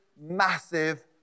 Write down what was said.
massive